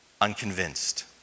unconvinced